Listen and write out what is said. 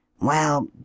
Well